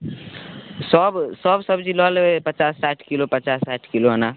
सभ सभ सब्जी लऽ लेबै पचास साठि किलो पचास साठि किलो एना